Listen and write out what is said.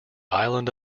island